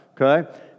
okay